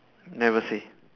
never say